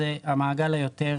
זה המעגל היותר